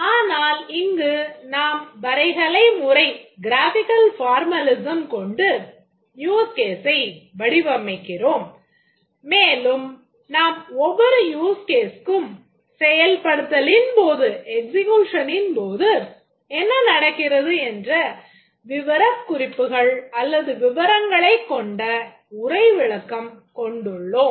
ஆனால் இங்கு நாம் வரைகலை முறை போது என்ன நடக்கிறது என்ற விவரக் குறிப்புகள் அல்லது விவரங்களைக் கொண்ட உரைவிளக்கம் கொண்டுள்ளோம்